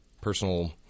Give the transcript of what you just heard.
personal